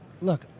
look